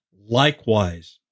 likewise